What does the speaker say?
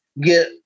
get